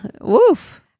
Woof